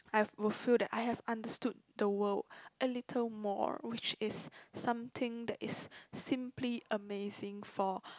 I will feel that I have understood the world a little more which is something that is simply amazing for